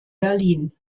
berlin